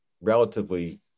relatively